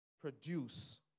produce